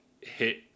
hit